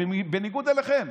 בניגוד אליכם,